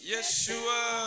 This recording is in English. Yeshua